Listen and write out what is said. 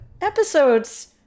episodes